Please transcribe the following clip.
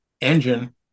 Engine